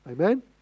Amen